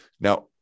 Now